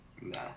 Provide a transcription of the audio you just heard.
No